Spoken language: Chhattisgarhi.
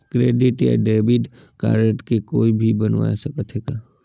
डेबिट या क्रेडिट कारड के कोई भी बनवाय सकत है का?